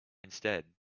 instead